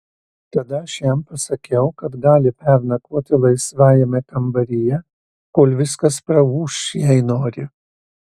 tada aš jam pasakiau kad gali pernakvoti laisvajame kambaryje kol viskas praūš jei nori